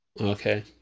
Okay